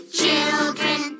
children